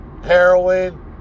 heroin